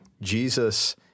Jesus